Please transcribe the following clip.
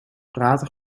praten